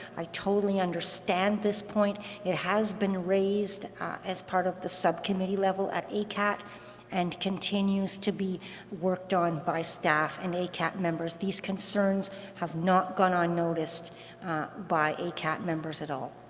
i totally understand this point, it has been raised as part of the subcommittee level at acat and continues to be worked on by staff and acat members. these concerns have not gone ah unnoticed by acat members at all.